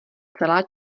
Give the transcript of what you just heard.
celá